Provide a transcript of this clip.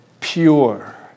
pure